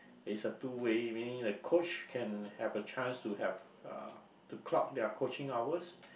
it's a two way meaning the coach can have a chance to have uh to clock their coaching hours